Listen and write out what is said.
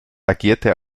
agierte